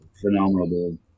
phenomenal